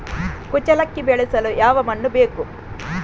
ಕುಚ್ಚಲಕ್ಕಿ ಬೆಳೆಸಲು ಯಾವ ಮಣ್ಣು ಬೇಕು?